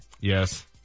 Yes